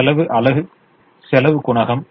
செலவு அலகு செலவு குணகம்